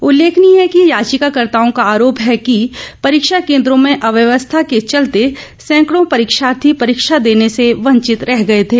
उल्लेखनीय है कि याचिका कर्ताओं का आरोप है कि परीक्षा केंद्रों में अव्यवस्था के चलते सैंकड़ों परीक्षार्थी परीक्षा देने से वंचित रह गए थे